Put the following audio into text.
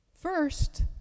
First